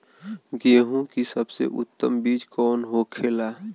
गेहूँ की सबसे उत्तम बीज कौन होखेला?